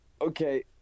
okay